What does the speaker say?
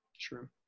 True